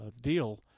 deal